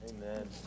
Amen